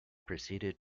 proceeded